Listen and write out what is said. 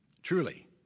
Truly